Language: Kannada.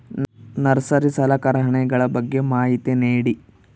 ನರ್ಸರಿ ಸಲಕರಣೆಗಳ ಬಗ್ಗೆ ಮಾಹಿತಿ ನೇಡಿ?